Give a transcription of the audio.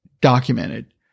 documented